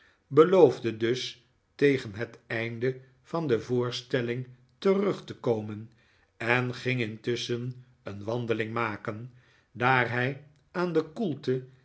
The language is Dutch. beloofde dus tegen het einde van de voorstelling terug te komen en ging intusschen een wandeling maken daar hij aan de koelte